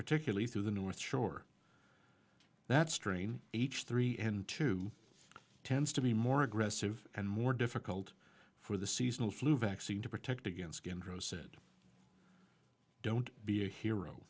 particularly through the north shore that strain h three n two tends to be more aggressive and more difficult for the seasonal flu vaccine to protect against kendra's said don't be a hero